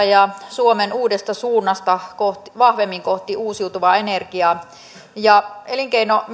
ja suomen uudesta suunnasta vahvemmin kohti uusiutuvaa energiaa ja elinkeinoministeriön hallinnonalalla tähän